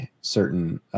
certain